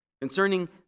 Concerning